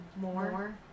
more